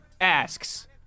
asks